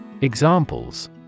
Examples